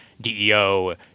DEO